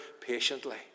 patiently